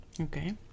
Okay